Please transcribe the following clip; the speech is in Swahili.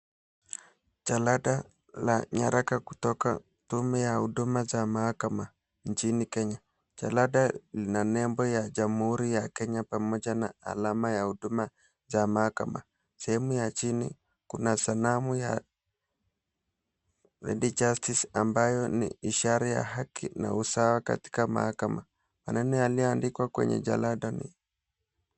Jalada la nyaraka kutoka tume ya huduma za mahakama nchini Kenya. Jalada lina nembo ya Jamuhuri ya Kenya pamoja na alama ya huduma za mahakama, sehemu ya chini kuna sanamu ya Lady Justice ambayo ni ishara ya haki na usawa katika mahakama. Maneno yaliyoandikwa kwenye jalada ni...